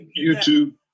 YouTube